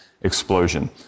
explosion